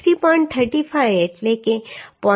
35 એટલે કે 0